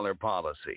policy